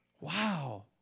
Wow